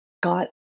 got